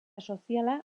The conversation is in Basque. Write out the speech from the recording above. soziala